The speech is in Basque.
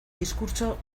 diskurtso